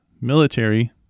military